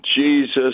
Jesus